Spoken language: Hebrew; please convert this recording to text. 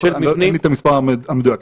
אין לי את המס' המדויק.